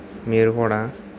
మీరు కూడా